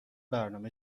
برنامه